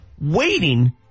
waiting